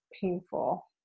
painful